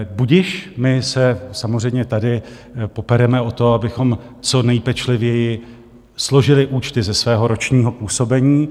Budiž, my se samozřejmě tady popereme o to, abychom co nejpečlivěji složili účty ze svého ročního působení.